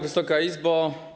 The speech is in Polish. Wysoka Izbo!